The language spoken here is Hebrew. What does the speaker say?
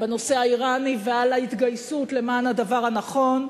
בנושא האירני ועל ההתגייסות למען הדבר הנכון.